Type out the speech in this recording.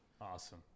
Awesome